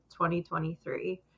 2023